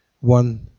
one